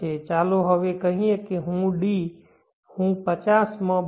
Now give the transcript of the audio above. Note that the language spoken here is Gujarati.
હવે ચાલો કહીએ કે d હું 50 માં બદલીશ